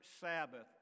Sabbath